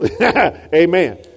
Amen